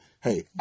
Hey